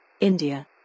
India